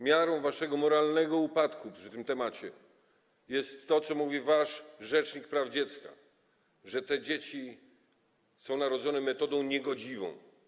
Miarą waszego moralnego upadku w tym temacie jest to, co mówi wasz rzecznik praw dziecka, że te dzieci są narodzone metodą niegodziwą.